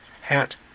hat